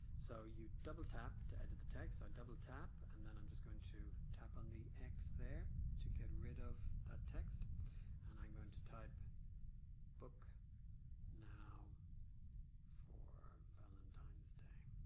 so you double tap to edit the text i'll double tap and then i'm just going to tap on the x there to get rid of that text and i'm going to type book now for valentines day